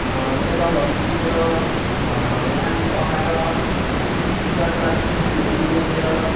मेडलहरू जितेर नाम कमाएर ठुल्ठुलो ठुला ठुला कृतिहरू लेखेर